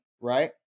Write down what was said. right